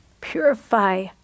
Purify